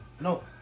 No